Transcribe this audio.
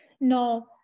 No